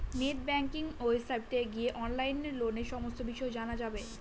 net banking ওয়েবসাইটে গিয়ে অনলাইনে লোনের সমস্ত বিষয় জানা যাবে